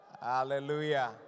Hallelujah